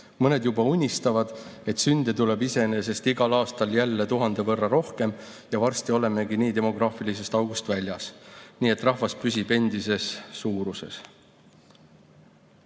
juba unistavad, et sünde tuleb iseenesest igal aastal jälle tuhande võrra rohkem ja varsti olemegi nn demograafilisest august väljas, nii et rahvas püsib endises suuruses.